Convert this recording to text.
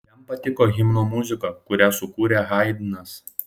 jam patiko himno muzika kurią sukūrė haidnas